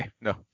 no